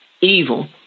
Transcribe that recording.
Evil